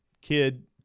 kid